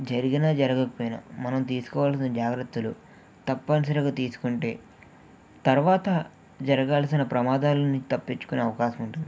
జరిగినా జరగకపోయినా మనం తీసుకోవాల్సిన జాగ్రత్తలు తప్పనిసరిగా తీసుకుంటే తర్వాత జరగాల్సిన ప్రమాదాలని తప్పించుకునే అవకాశం ఉంటుంది